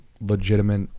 legitimate